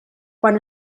quan